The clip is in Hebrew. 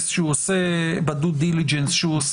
--- שהוא עושה לחברה,